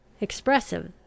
expressive